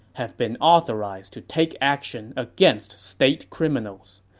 have been authorized to take action against state criminals.